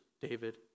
David